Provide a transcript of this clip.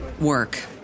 work